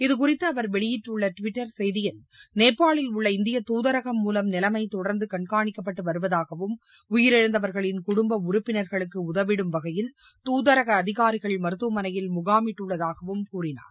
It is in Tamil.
இதுகுறித்து அவர் வெளியிட்டுள்ள டுவிட்டர் செய்தியில் நேபாளில் உள்ள இந்திய துதரகம் மூலம் நிலைமை தொடர்ந்து கண்காணிக்கப்பட்டு வருவதாகவும் உயிரிழந்தவர்களின் குடும்ப உறுப்பினர்களுக்கு உதவிடும் வகையில் தூதரக அதிகாரிகள் மருத்துவமனையில் முகாமிட்டுள்ளதாகவும் கூறினார்